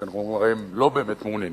כי הרי אנחנו לא באמת מעוניינים.